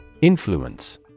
Influence